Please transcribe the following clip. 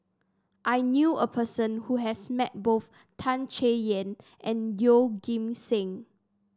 I knew a person who has met both Tan Chay Yan and Yeoh Ghim Seng